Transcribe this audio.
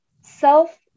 self